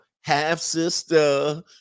half-sister